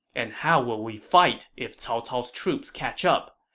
and how would we fight if cao cao's troops catch up?